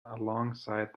alongside